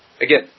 Again